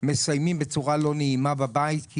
הם מסיימים את חייהם בצורה לא נעימה בבית כי